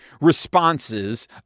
responses